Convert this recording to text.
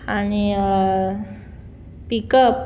आनी पिकअप